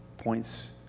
points